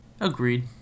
Agreed